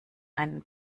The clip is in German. einen